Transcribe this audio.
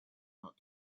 not